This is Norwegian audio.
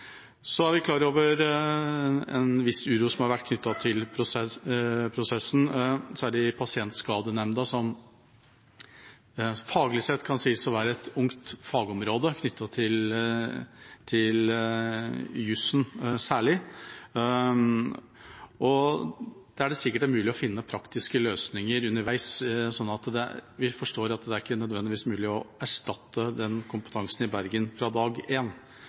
Så er vi klar over en viss uro som har vært knyttet til prosessen, særlig Pasientskadenemnda som faglig sett kan sies å være et ungt fagområde særlig knyttet til jussen, og der det sikkert er mulig å finne praktiske løsninger underveis sånn at vi forstår at det er ikke nødvendigvis mulig å erstatte den kompetansen i Bergen fra dag én, og at en